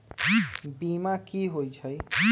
बीमा कि होई छई?